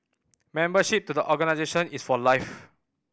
membership to the organisation is for life